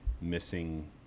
missing